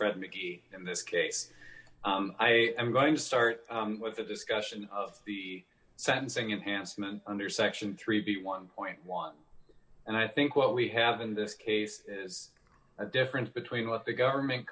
fred mcgee in this case i am going to start with the discussion of the sentencing enhanced men under section three b one dollar and i think what we have in this case is a difference between what the government